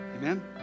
amen